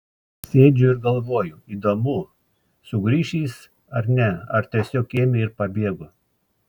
sėdžiu ir galvoju įdomu sugrįš jis ar ne ar tiesiog ėmė ir pabėgo